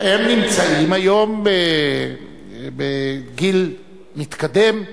היום בגיל מתקדם,